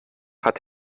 hat